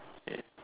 ya